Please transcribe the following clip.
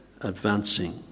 advancing